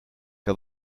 que